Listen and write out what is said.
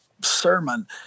sermon